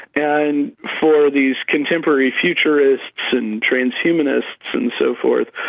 and for these contemporary futurists and trans-humanists and so forth,